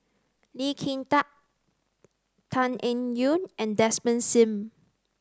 Lee Kin Tat Tan Eng Yoon and Desmond Sim